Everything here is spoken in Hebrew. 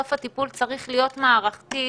בסוף הטיפול צריך להיות מערכתי,